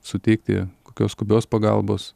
suteikti kokios skubios pagalbos